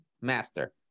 master